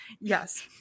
Yes